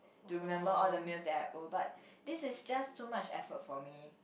to remember all the meals that I owe but this is just too much effort for me